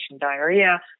diarrhea